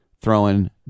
throwing